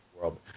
world